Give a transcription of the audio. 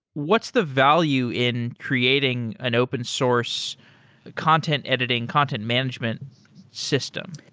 what's the value in creating an open source content editing, content management system?